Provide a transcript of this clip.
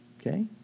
okay